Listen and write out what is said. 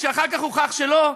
כשאחר כך הוכח שלא?